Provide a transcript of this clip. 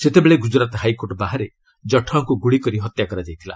ସେତେବେଳେ ଗୁଜରାତ ହାଇକୋର୍ଟ୍ ବାହାରେ ଜାଠୱାଙ୍କୁ ଗୁଳି କରି ହତ୍ୟା କରାଯାଇଥିଲା